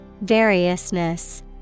Variousness